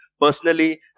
personally